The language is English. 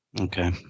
Okay